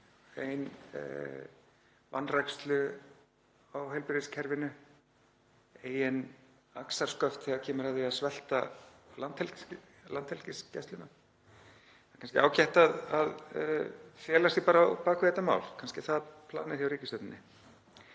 eigin vanrækslu á heilbrigðiskerfinu, eigin axarsköft þegar kemur að því að svelta Landhelgisgæsluna. Það er kannski ágætt að fela sig á bak við þetta mál, kannski er það planið hjá ríkisstjórninni.